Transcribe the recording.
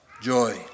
joy